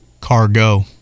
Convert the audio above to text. Cargo